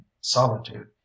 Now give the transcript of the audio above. solitude